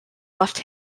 left